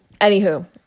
anywho